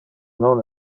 non